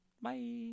Bye